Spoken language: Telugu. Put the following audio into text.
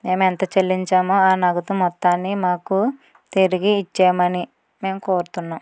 మేము ఎంత చెల్లించామో ఆ నగదు మొత్తాన్ని మాకు తిరిగి ఇచ్చేమని మేము కోరుతున్నాం